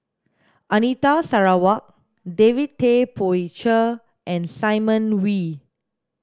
Anita Sarawak David Tay Poey Cher and Simon Wee